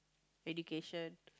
education